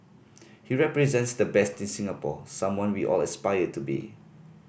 he represents the best in Singapore someone we all aspire to be